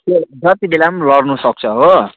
त्यो जति बेला पनि लड्नुसक्छ हो